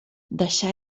deixà